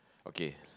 okay